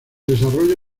desarrollo